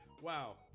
Wow